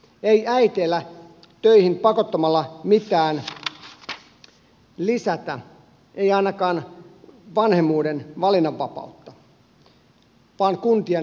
ei äitejä töihin pakottamalla mitään lisätä ei ainakaan vanhemmuuden valinnanvapautta vaan kuntien menoja